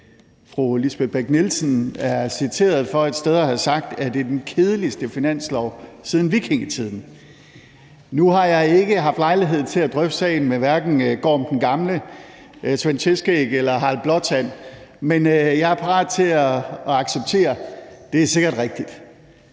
fru Lisbeth Bech-Nielsen er citeret for et sted at have sagt, at det er den kedeligste finanslov siden vikingetiden. Nu har jeg ikke haft lejlighed til at drøfte sagen med hverken Gorm den Gamle, Svend Tveskæg eller Harald Blåtand, men jeg er parat til at acceptere, at det sikkert er rigtigt.